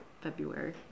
february